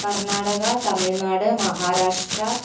Karnataka Tamil Nadu Maharashtra